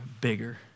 bigger